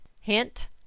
Hint